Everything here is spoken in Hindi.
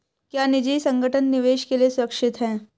क्या निजी संगठन निवेश के लिए सुरक्षित हैं?